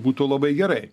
būtų labai gerai